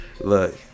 Look